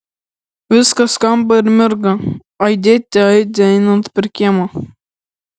viskas skamba ir mirga aidėte aidi einant per kiemą